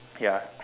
ya